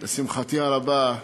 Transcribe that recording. לשמחתי הרבה,